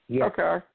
Okay